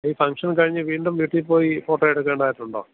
ഈ ഫംഗ്ഷൻ കഴിഞ്ഞ് വീണ്ടും വീട്ടിൽ പോയി ഫോട്ടോ എടുക്കേണ്ടതായിട്ടുണ്ടോ